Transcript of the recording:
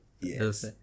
Yes